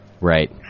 Right